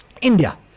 India